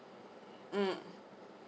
mm